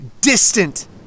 distant